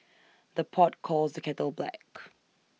the pot calls the kettle black